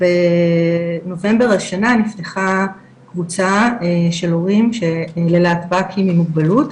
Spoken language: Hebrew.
בנובמבר השנה נפתחה קבוצה של הורים ללהטב"קים עם מוגבלות,